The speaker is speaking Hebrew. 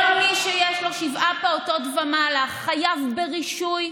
כל מי שיש לו שבעה פעוטות ומעלה חייב ברישוי,